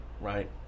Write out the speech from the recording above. right